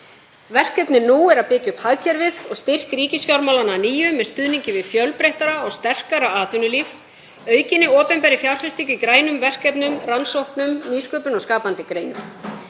Verkefnið nú er að byggja upp hagkerfið og styrk ríkisfjármálanna að nýju með stuðningi við fjölbreyttara og sterkara atvinnulíf, aukinni opinberri fjárfestingu í grænum verkefnum, rannsóknum, nýsköpun og skapandi greinum.